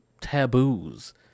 taboos